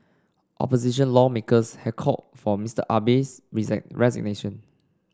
opposition lawmakers have called for Mister Abe's resignation